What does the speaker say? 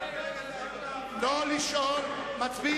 נא להצביע.